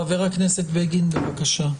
חבר הכנסת בגין, בבקשה.